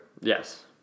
Yes